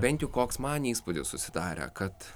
bent jau koks man įspūdis susidarė kad